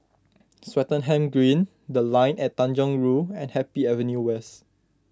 Swettenham Green the Line At Tanjong Rhu and Happy Avenue West